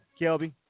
Kelby